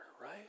right